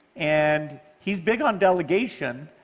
and he's big on delegation,